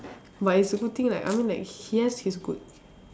but it's a good thing like I mean like he has his good